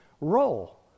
role